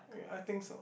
I think so